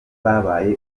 babaye